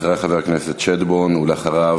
אחריה חבר הכנסת שטבון, ואחריו,